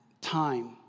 time